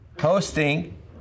hosting